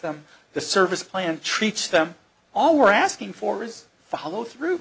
them the service plan treats them all we're asking for is follow through